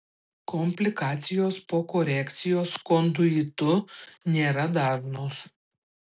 komplikacijos po korekcijos konduitu nėra dažnos